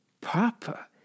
Papa